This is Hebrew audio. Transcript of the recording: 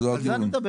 על זה אני מדבר.